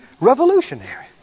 revolutionary